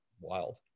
wild